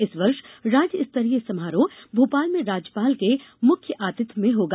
इस वर्ष राज्य स्तरीय समारोह भोपाल में राज्यपाल के मुख्य आतिथ्य में होगा